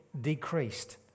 decreased